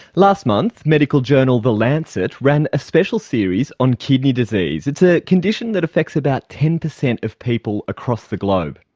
last month, medical journal the lancet ran a special series on kidney disease. it's a condition that affects about ten percent of people across the globe.